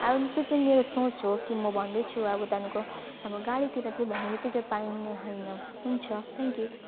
अब त्यो चाहिँ मेरो सोच हो कि म भन्दै छु अब त्यहाँको अब गाडीतिर चाहिँ भन्ने बित्तिकै पाइने होइन हुन्छ थ्याङ्क यु